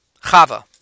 Chava